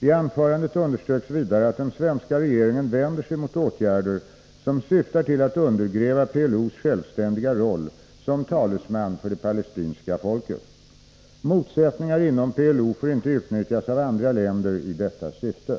IT anförandet underströks vidare att den svenska regeringen vänder sig mot åtgärder som syftar till att undergräva PLO:s självständiga roll som talesman för det palestinska folket. Motsättningar inom PLO får inte utnyttjas av andra länder i detta syfte.